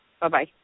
Bye-bye